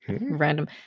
random